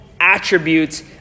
attributes